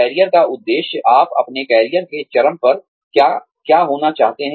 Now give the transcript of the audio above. career का उद्देश्य आप अपने करियर के चरम पर क्या होना चाहते हैं